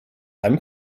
einem